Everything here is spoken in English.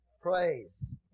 praise